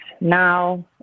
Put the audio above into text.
now